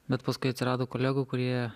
bet paskui atsirado kolegų kurie